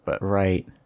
Right